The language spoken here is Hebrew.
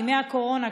בימי הקורונה,